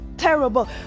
terrible